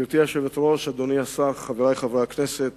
גברתי היושבת-ראש, אדוני השר, חברי חברי הכנסת,